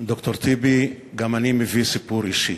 ד"ר טיבי, גם אני מביא סיפור אישי.